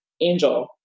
Angel